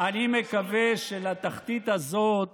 אני מקווה שלתחתית הזאת